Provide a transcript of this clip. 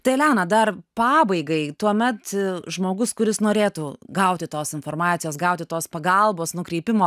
tai eleną dar pabaigai tuomet žmogus kuris norėtų gauti tos informacijos gauti tos pagalbos nukreipimo